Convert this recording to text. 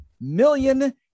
million